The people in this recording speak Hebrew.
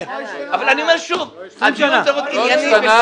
אבל אני אומר שוב, הדיון צריך להיות ענייני.